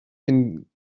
cyn